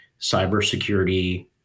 cybersecurity